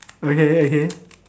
okay okay